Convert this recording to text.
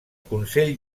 consell